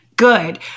Good